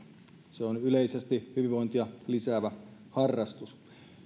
se on yleisesti hyvinvointia lisäävä harrastus